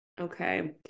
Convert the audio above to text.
Okay